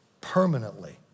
permanently